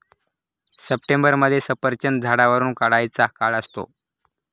सप्टेंबरमध्ये सफरचंद झाडावरुन काढायचा काळ असतो